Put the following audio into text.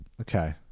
okay